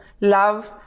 love